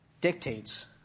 dictates